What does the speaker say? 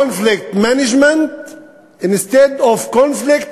resolution Conflict management instead of conflict,